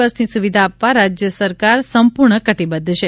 બસની સવિધા આપવા રાજ્ય સરકાર સંપૂર્ણ કટિબદ્ધ છે